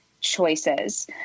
choices